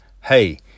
Hey